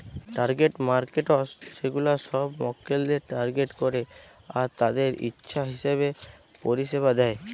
target markets সেগুলা সব মক্কেলদের টার্গেট করে আর তাদের ইচ্ছা হিসাবে পরিষেবা দেয়